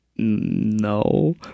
No